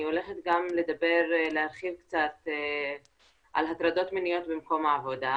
הולכת גם להרחיב קצת על הטרדות מיניות במקום העבודה.